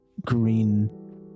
green